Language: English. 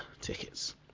tickets